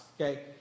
okay